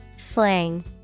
Slang